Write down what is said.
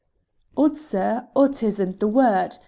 ot, sir. ot isn't the word.